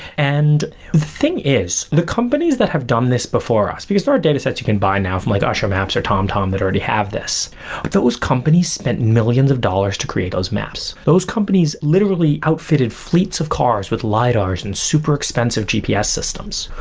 and the thing is, the companies that have done this before us, because there are data sets you can buy now from like azure maps, or tomtom that already have this, but that was company spent millions of dollars to create those maps. those companies literally outfitted fleets of cars with lidars and super expensive gps systems.